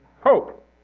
hope